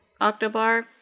Octobar